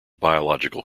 biological